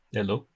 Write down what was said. Hello